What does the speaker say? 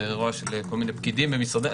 זה אירוע של כל מיני פקידים במשרדים.